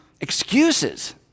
excuses